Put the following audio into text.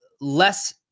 less